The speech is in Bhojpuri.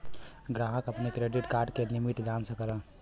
ग्राहक अपने क्रेडिट कार्ड क लिमिट जान सकलन